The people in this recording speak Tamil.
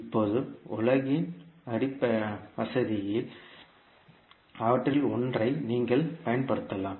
இப்போது உங்கள் வசதியின் அடிப்படையில் அவற்றில் ஒன்றை நீங்கள் பயன்படுத்தலாம்